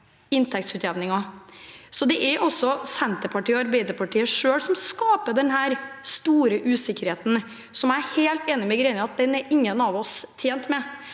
inntektsutjevningen. Det er altså Senterpartiet og Arbeiderpartiet selv som skaper denne store usikkerheten. Jeg er helt enig med Greni i at ingen av oss er tjent med